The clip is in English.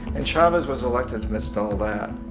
and chavez was elected amidst all that.